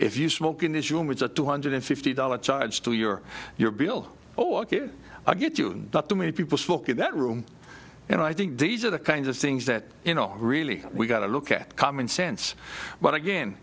if you smoke in this room it's a two hundred fifty dollars charge to your your bill oh ok i'll get you in not too many people smoke in that room and i think these are the kinds of things that you know really we got to look at common sense but again